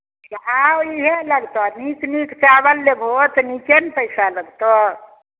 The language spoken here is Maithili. हॅं इएह लगतऽ नीक नीक चाबल लेबहो तऽ नीके ने पैसा लगतऽ